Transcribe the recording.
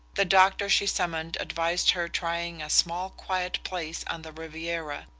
the doctor she summoned advised her trying a small quiet place on the riviera,